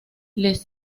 les